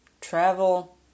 travel